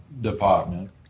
department